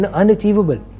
unachievable